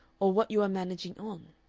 or what you are managing on.